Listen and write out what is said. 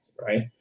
Right